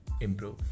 improve